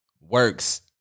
works